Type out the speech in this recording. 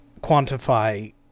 quantify